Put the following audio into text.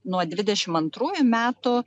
nuo dvidešimt antrųjų metų